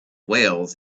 whales